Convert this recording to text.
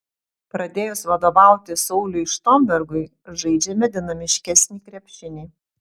pradėjus vadovauti sauliui štombergui žaidžiame dinamiškesnį krepšinį